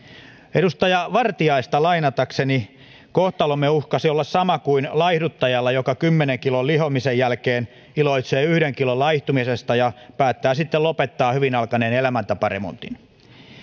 edustaja vartiaista lainatakseni kohtalomme uhkasi olla sama kuin laihduttajalla joka kymmenen kilon lihomisen jälkeen iloitsee yhden kilon laihtumisesta ja päättää sitten lopettaa hyvin alkaneen elämäntaparemontin